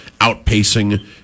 outpacing